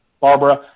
Barbara